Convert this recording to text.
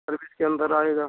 service के अंदर आएगा